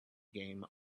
game